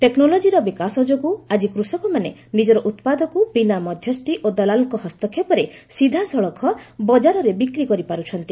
ଟେକ୍ନୋଲୋଜିର ବିକାଶ ଯୋଗୁଁ ଆକି କୃଷକମାନେ ନିଜର ଉତ୍ପାଦକୁ ବିନା ମଧ୍ୟସ୍ଥି ଓ ଦଲାଲଙ୍କ ହସ୍ତକ୍ଷେପରେ ସିଧାସଳଖକ ବଜାରରେ ବିକ୍ରି କରିପାରୁଛନ୍ତି